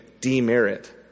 demerit